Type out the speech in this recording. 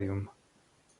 akvárium